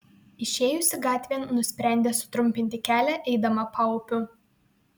išėjusi gatvėn nusprendė sutrumpinti kelią eidama paupiu